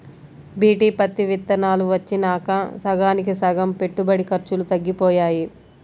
BT పత్తి విత్తనాలు వచ్చినాక సగానికి సగం పెట్టుబడి ఖర్చులు తగ్గిపోయాయి